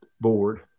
board